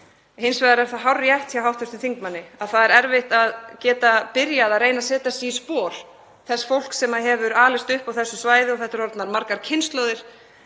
Hins vegar er það hárrétt hjá hv. þingmanni að það er erfitt að geta byrjað að reyna að setja sig í spor þess fólks sem hefur alist upp á þessu svæði. Þetta eru orðnar margar kynslóðir